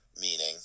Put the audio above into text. meaning